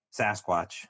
Sasquatch